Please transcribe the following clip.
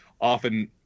often